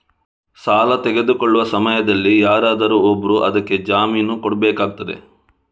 ಸಾಲ ತೆಗೊಳ್ಳುವ ಸಮಯದಲ್ಲಿ ಯಾರಾದರೂ ಒಬ್ರು ಅದಕ್ಕೆ ಜಾಮೀನು ಕೊಡ್ಬೇಕಾಗ್ತದೆ